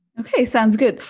okay sounds good,